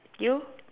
you